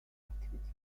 activities